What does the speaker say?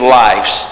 lives